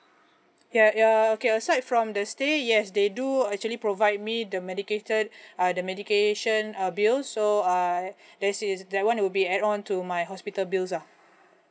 ya uh okay aside from the stay yes they do actually provide me the medicated uh the medication uh bill so I there's is that one would be add on to my hospital bills lah